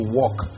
walk